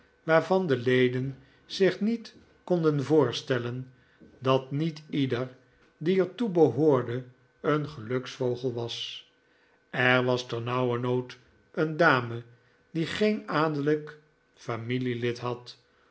waarvan de leden zich niet konden voorstellen dat niet ieder die er toe behoorde een geluksvogel was er was ternauwernood een dame die geen adellijk familielid had